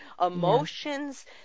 emotions